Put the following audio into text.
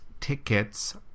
tickets